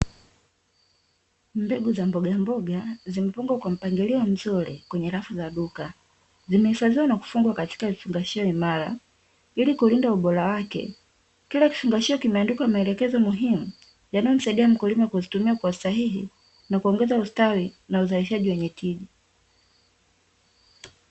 Mbegu za mbogamboga zimepangwa kwa mpangilio mzuri kwenye rafu za duka, zimehifadhiwa na kufungwa katika vifungashio imara ili kulinda ubora wake. kila kifungashio kimeandikwa maelekezo muhimu yanayomsaidia mkulima kuzitumia kwa usahihi na kuongeza ustawi na uzalishaji wenye tija.